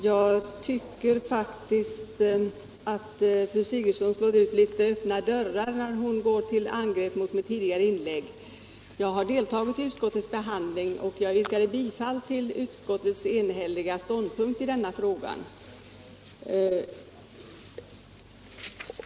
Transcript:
Herr talman! Jag tycker att fru Sigurdsen faktiskt slog in öppna dörrar, när hon gick till angrepp mot mig för vad jag sade tidigare. Jag har deltagit i utskottets behandling, och jag yrkade bifall till utskottets enhälliga ståndpunkt i denna fråga.